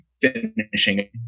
finishing